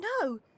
No